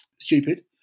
stupid